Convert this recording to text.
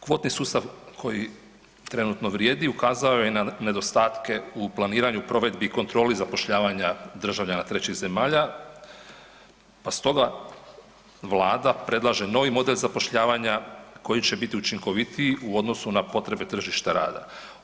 Kvotni sustav koji trenutno vrijedi ukazao je i na nedostatke u planiranju provedbi i kontroli zapošljavanja državljana trećih zemalja, pa stoga Vlada predlaže novi model zapošljavanja koji će biti učinkovitiji u odnosu na potrebe tržišta rada.